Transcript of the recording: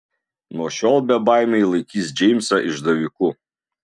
nuo šiol bebaimiai laikys džeimsą išdaviku